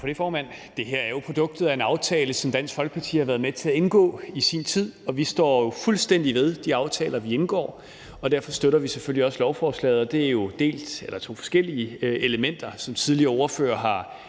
Det her er jo produktet af en aftale, som Dansk Folkeparti har været med til at indgå i sin tid. Og vi står fuldstændig ved de aftaler, vi indgår, og derfor støtter vi selvfølgelig også lovforslaget. Der er to forskellige elementer, som tidligere ordførere har redegjort